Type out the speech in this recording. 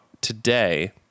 today